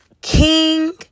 King